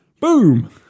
boom